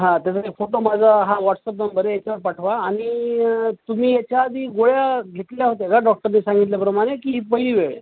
हा त्याचा ते फोटो माझा हा व्हॉटसअप नंबर आहे याच्यावर पाठवा आणि तुम्ही याच्याआधी गोळ्या घेतल्या होत्या का डॉक्टरने सांगितल्याप्रमाणे की ही पहिली वेळ